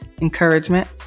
encouragement